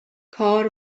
کار